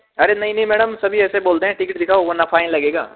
अरे नहीं नहीं मैडम सभी ऐसे बोलते हैं टिकट दिखाओ वरना फाइन लगेगा